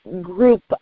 group